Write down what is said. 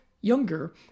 younger